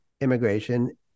immigration